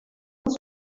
els